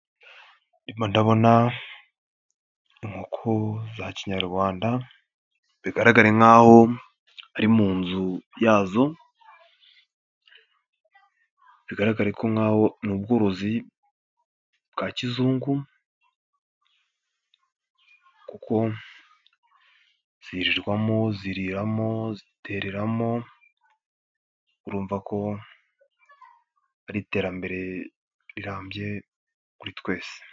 Ndimo ndabona inkoko za kinyarwanda bigaragare nk'aho ari mu nzu yazo, bigaraga ko ni ubworozi bwa kizungu kuko zirirwamo, ziriramo, zitereramo, urumva ko ari iterambere rirambye kuri twese.